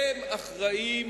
שאחראים